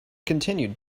continued